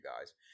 guys